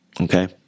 Okay